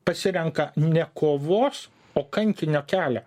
pasirenka ne kovos o kankinio kelią